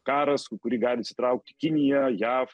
karas į kurį gali įsitraukti kinija jav